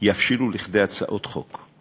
יבשילו להצעות חוק.